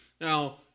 Now